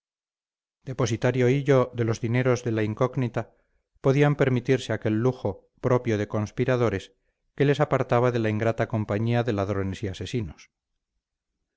depositario hillo de los dineros de la incógnita podían permitirse aquel lujo propio de conspiradores que les apartaba de la ingrata compañía de ladrones y asesinos